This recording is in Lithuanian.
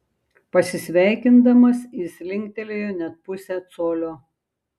pasisveikindamas jis linktelėjo net pusę colio